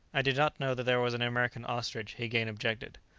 i did not know that there was an american ostrich! he again objected.